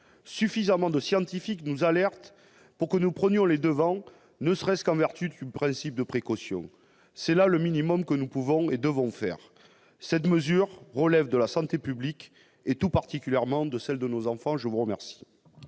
Suffisamment de scientifiques nous alertent pour que nous prenions les devants, ne serait-ce qu'en vertu du principe de précaution. C'est là le minimum que nous pouvons et devons faire : cette mesure relève de la santé publique, et tout particulièrement de celle de nos enfants. L'amendement